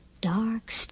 dark